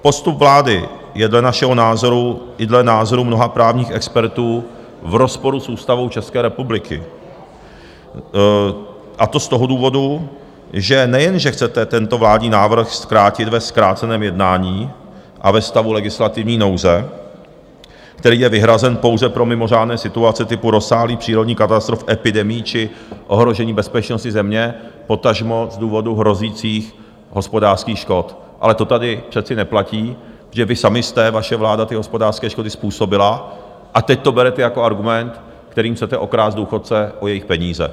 Postup vlády je dle našeho názoru i dle názoru mnoha právních expertů v rozporu s Ústavou České republiky, a to z toho důvodu, že nejenže chcete tento vládní návrh zkrátit ve zkráceném jednání a ve stavu legislativní nouze, který je vyhrazen pouze pro mimořádné situace typu rozsáhlých přírodních katastrof, epidemií či ohrožení bezpečnosti země, potažmo z důvodu hrozících hospodářských škod, ale to tady přece neplatí, protože vy sami jste, vaše vláda, ty hospodářské škody způsobila, a teď to berete jako argument, kterým chcete okrást důchodce o jejich peníze.